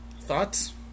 Thoughts